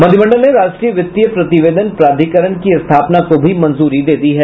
मंत्रिमंडल ने राष्ट्रीय वित्तीय प्रतिवेदन प्राधिकरण की स्थापना को भी मंजूरी दे दी है